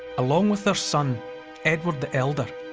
along with their son edward the elder.